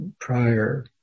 prior